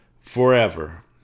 forever